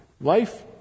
Life